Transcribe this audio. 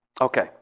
Okay